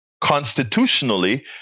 constitutionally